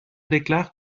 déclare